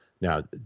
Now